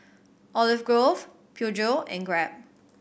Olive Grove Peugeot and Grab